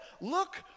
Look